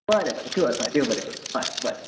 बरें बरें शुअर हय देव बरें करू हय बरें